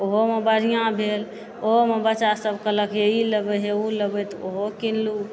ओहोमे बढ़िऑं भेल ओहोमे बच्चा सभ कहलक हे ई लबै हे ओ लबै तऽ ओहो कीनलहुॅं